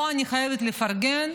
פה אני חייבת לפרגן,